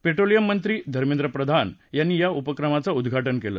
petroleum मंत्री धमेंद्र प्रधान यांनी या उपक्रमाचउिद्वाटन केलं